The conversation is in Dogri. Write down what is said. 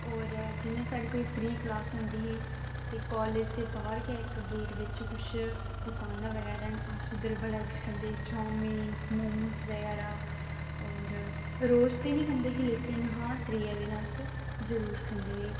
और जि'यां साढ़ी कोई फ्री क्लास होंदी ही ते कॉलेज दे बाहर गै इक गेट बिच किश दकानां बगैरा न अस उद्धर बड़ा किश खंदे हे चौमिन मोमोस बगैरा और रोज ते नि खंदे हे लेकिन हां त्रीए देन अस जरूर खंदे हे